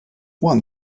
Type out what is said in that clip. won